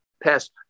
past